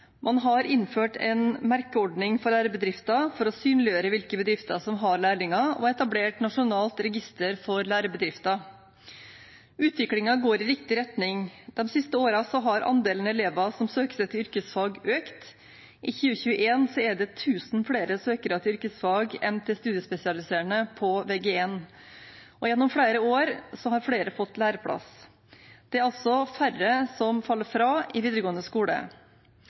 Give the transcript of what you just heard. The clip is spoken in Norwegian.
Man har innført en merkeordning for lærebedrifter for å synliggjøre hvilke bedrifter som har lærlinger, og etablert Nasjonalt register for lærebedrifter. Utviklingen går i riktig retning. De siste årene har andelen elever som søker seg til yrkesfag, økt. I 2021 er det 1 000 flere søkere til yrkesfag enn til studiespesialiserende på Vg1. Gjennom flere år har flere fått læreplass. Det er også færre som faller fra i videregående skole.